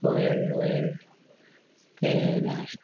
कोयल ओयल ते हैं नाच